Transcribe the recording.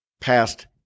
past